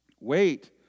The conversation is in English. Wait